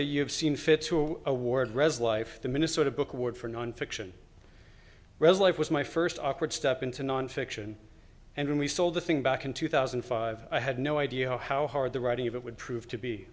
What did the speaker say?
to you've seen fit to award reza life the minnesota book award for nonfiction reza life was my first awkward step into nonfiction and we sold the thing back in two thousand and five i had no idea how hard the writing of it would prove to be